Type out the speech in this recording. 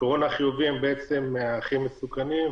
בעלי הקורונה חיוני הם הכי מסוכנים,